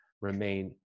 remain